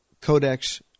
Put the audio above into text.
Codex